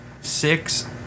six